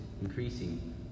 increasing